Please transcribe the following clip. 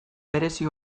berezi